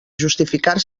justificar